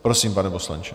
Prosím, pane poslanče.